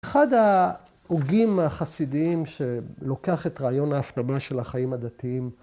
‫אחד ההוגים החסידיים שלוקח ‫את רעיון ההפנמה של החיים הדתיים